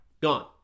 Gone